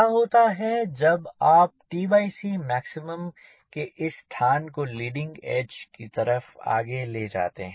क्या होता है जब आप tc maximum के इस स्थान को लीडिंग एज की तरफ आगे ले जाते हैं